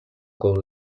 con